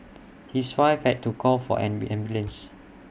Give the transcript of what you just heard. his wife had to call for an ambulance